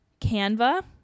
canva